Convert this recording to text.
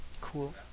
Cool